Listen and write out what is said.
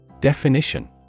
Definition